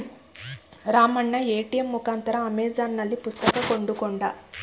Ramanna ATM ಮುಖಾಂತರ ಅಮೆಜಾನ್ನಲ್ಲಿ ಪುಸ್ತಕ ಕೊಂಡುಕೊಂಡ